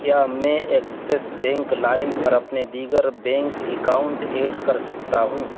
کیا میں Axis bank لائم پر اپنے دیگر بینک اکاؤنٹ ایڈ کرسکتا ہوں